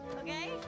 okay